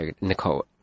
Nicole